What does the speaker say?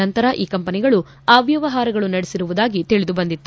ನಂತರ ಈ ಕಂಪನಿಗಳು ಅವ್ಲವಹಾರಗಳು ನಡೆಸಿರುವುದಾಗಿ ತಿಳಿದು ಬಂದಿತ್ತು